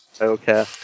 Okay